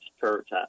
church